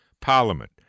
Parliament